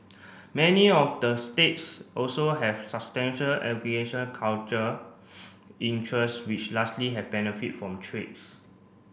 many of the states also have substantial interest which largely have benefit from trades